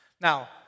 Now